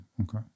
Okay